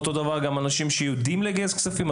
אותו דבר גם אנשים שיודעים לגייס כספים.